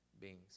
beings